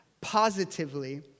positively